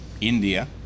India